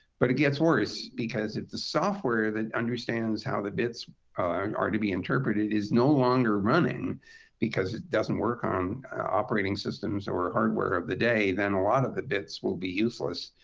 but it gets worse because if the software that understands how the bits are to be interpreted is no longer running because it doesn't work on operating systems or hardware of the day, then a lot of the bits will be useless,